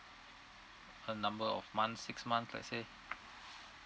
a number of months six month let's say